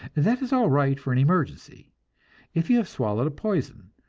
that is all right for an emergency if you have swallowed a poison,